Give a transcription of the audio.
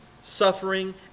suffering